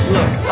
Look